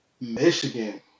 Michigan